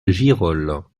girolles